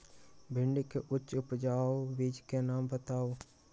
भिंडी के उच्च उपजाऊ बीज के नाम बताऊ?